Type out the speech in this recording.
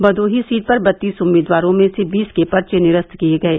Bhadohi seat पर बत्तीस उम्मीदवारों में से बीस के पर्चे निरस्त किये गये